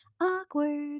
Awkward